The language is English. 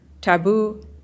taboo